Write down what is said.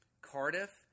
Cardiff